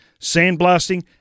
sandblasting